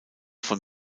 von